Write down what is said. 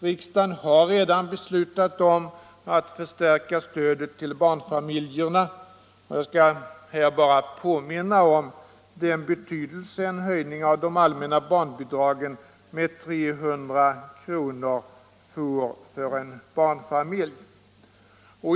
Riksdagen har redan beslutat om att förstärka stödet till barnfamiljerna, och jag skall här bara påminna om den betydelse en höjning av de allmänna barnbidragen med 300 kr. får för en barnfamilj.